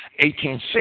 1860